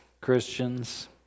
Christians